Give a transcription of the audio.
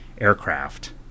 aircraft